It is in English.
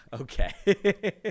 Okay